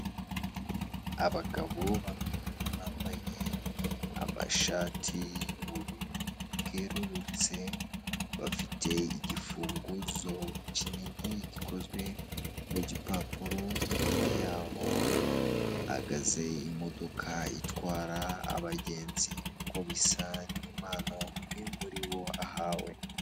Abagabo babiri bambaye amashati y'ubururu bwerurutse, bafite igifunguzo kinini gikozwe mu gipapuro, inyuma yabo ahagaze imodoka itwara abagenzi, uko bisa ni impano umwe muribo ahawe.